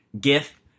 GIF